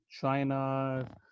china